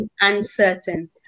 uncertain